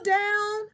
down